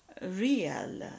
real